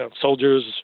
soldiers